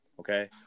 Okay